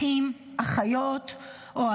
אחים, אחיות אוהבים,